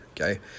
okay